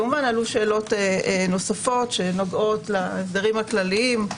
כמובן עלו שאלות נוספות שנוגעות להסדרים הכלליים,